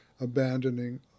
abandoning